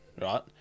right